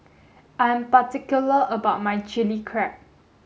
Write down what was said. I'm particular about my chilli crab